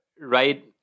right